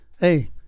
hey